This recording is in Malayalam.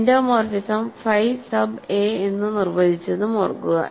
എൻഡോമോർഫിസം ഫൈ സബ് a എന്ന് നിർവചിച്ചതും ഓർക്കുക